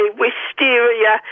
wisteria